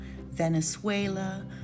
Venezuela